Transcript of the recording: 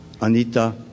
Anita